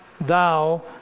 thou